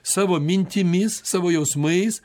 savo mintimis savo jausmais